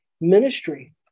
Ministry